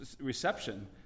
Reception